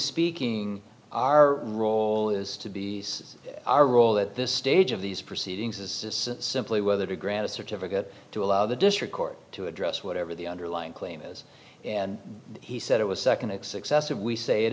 speaking our role is to be our role at this stage of these proceedings is simply whether to grant a certificate to allow the district court to address whatever the underlying claim is and he said it was second it's excessive we say it